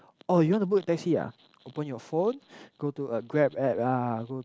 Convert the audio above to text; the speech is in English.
oh you want to book taxi ah open your phone go to a Grab app ah go to